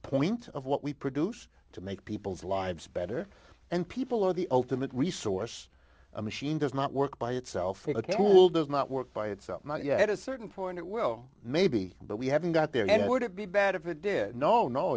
point of what we produce to make people's lives better and people are the ultimate resource a machine does not work by itself it will does not work by itself not yet a certain point well maybe but we haven't got there and it wouldn't be bad if it did no no